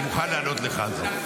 אני מוכן לענות לך על זה.